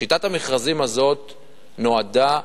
שיטת המכרזים הזאת נועדה,